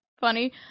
funny